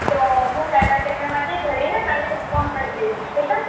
તો હું સાઇબર કેફેમાંથી ભરીને તમને ઇન્ફોર્મ કરી દઇશ ઓકે